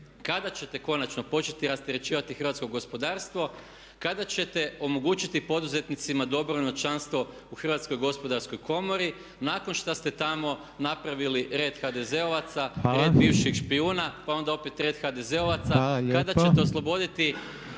kada ćete konačno početi rasterećivati hrvatskog gospodarstvo, kada ćete omogućiti poduzetnicima dobrovoljno članstvo u Hrvatskoj gospodarskoj komori nakon što ste tamo napravili red HDZ-ovaca, red bivših špijuna, pa onda opet red HDZ-ovaca? Kada ćete osloboditi